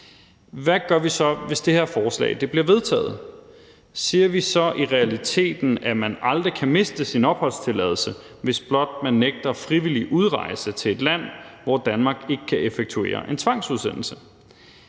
Hvad gør vi så, hvis det her forslag bliver vedtaget? Siger vi så i realiteten, at man aldrig kan miste sin opholdstilladelse, hvis blot man nægter frivillig udrejse til et land, hvor Danmark ikke kan effektuere en tvangsudsendelse?